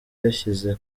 yashyize